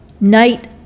night